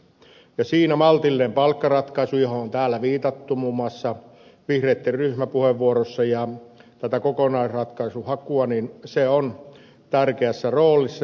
siinä maltillinen palkkaratkaisu johon on täällä viitattu muun muassa vihreitten ryhmäpuheenvuorossa ja tämä kokonaisratkaisuhaku ovat tärkeässä roolissa